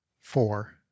four